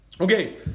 Okay